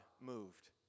moved